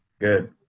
Good